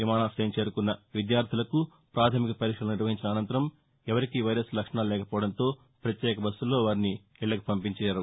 విమానాశయం చేరుకున్న విద్యార్దులకు ప్రాథమిక పరీక్షలు నిర్వహించిన అనంతరం ఎవరికీ వైరస్ లక్షణాలు లేకపోవడంతో ప్రుత్యేక బస్సుల్లో వారి ఇళ్లకు పంపించారు